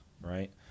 right